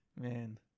Man